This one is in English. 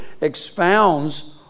expounds